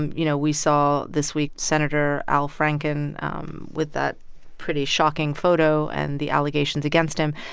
and you know, we saw this week senator al franken um with that pretty shocking photo and the allegations against him.